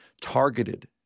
targeted